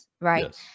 right